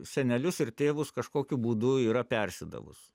senelius ir tėvus kažkokiu būdu yra persidavus